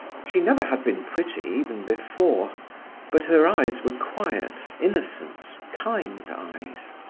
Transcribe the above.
she never had been pretty even before but her eyes were quiet, innocent, kind eyes.